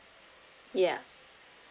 ya